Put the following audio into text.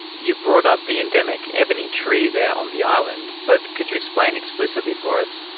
you brought up the endemic ebony trees there on the island, but could you explain explicitly for us,